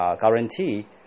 guarantee